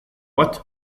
bat